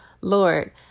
Lord